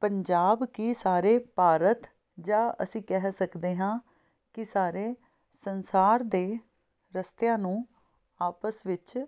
ਪੰਜਾਬ ਕੀ ਸਾਰੇ ਭਾਰਤ ਜਾਂ ਅਸੀਂ ਕਹਿ ਸਕਦੇ ਹਾਂ ਕਿ ਸਾਰੇ ਸੰਸਾਰ ਦੇ ਰਸਤਿਆਂ ਨੂੰ ਆਪਸ ਵਿੱਚ